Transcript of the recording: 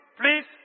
please